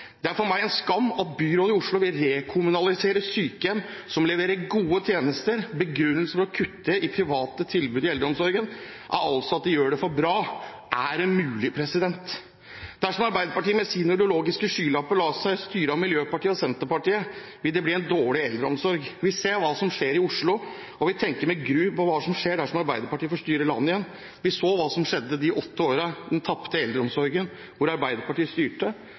Det er for meg en skam at byrådet i Oslo vil rekommunalisere sykehjem som leverer gode tjenester. Begrunnelsen for å kutte i private tilbud i eldreomsorgen er altså at de gjør det for bra. Er det mulig? Dersom Arbeiderpartiet med sine ideologiske skylapper lar seg styre av Miljøpartiet De Grønne og Senterpartiet, vil det bli en dårlig eldreomsorg. Vi ser hva som skjer i Oslo, og vi tenker med gru på hva som vil skje dersom Arbeiderpartiet får styre landet igjen. Vi så hva som skjedde de åtte årene, den tapte eldreomsorgen, da Arbeiderpartiet styrte,